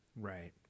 Right